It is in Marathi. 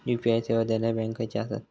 यू.पी.आय सेवा देणारे बँक खयचे आसत?